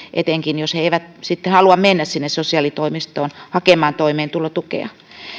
etenkin jos he eivät sitten halua mennä sinne sosiaalitoimistoon hakemaan toimeentulotukea